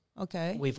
Okay